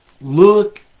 look